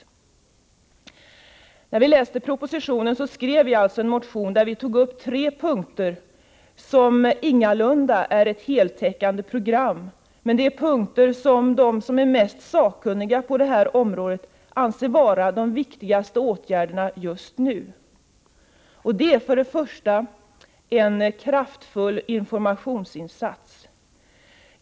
Sedan vi läst propositionen har vi alltså skrivit en motion där vi tagit upp tre punkter som ingalunda utgör ett heltäckande program men som ändå är de punkter som de mest sakkunniga på området anser vara de viktigaste åtgärderna just nu. Det gäller för det första en kraftfull informationsinsats.